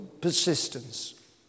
persistence